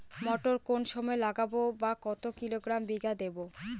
মটর কোন সময় লাগাবো বা কতো কিলোগ্রাম বিঘা দেবো?